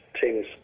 teams